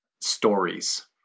stories